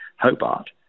Hobart